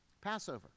Passover